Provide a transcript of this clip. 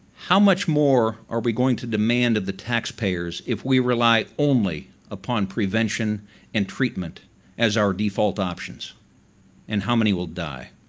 how much more are we going to demand of the taxpayers if we rely only upon prevention and treatment as our default options and how many will die?